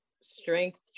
strength